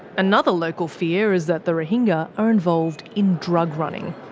another local fear is that the rohingya are involved in drug running.